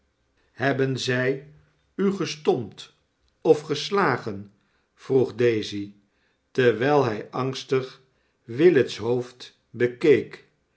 shebben zij u gestompt of gestagen vroeg daisy terwijl hij angstig willet's hoofd bekeek